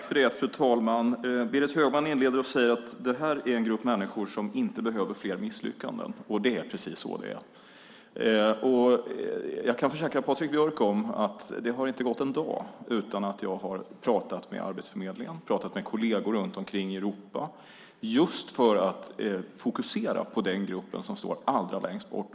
Fru talman! Berit Högman inleder med att säga att det här är en grupp människor som inte behöver fler misslyckanden. Det är precis så. Jag kan försäkra Patrik Björck om att det inte har gått en dag utan att jag har pratat med Arbetsförmedlingen och pratat med kolleger runt om i Europa just för att fokusera på den grupp som står allra längst bort.